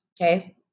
okay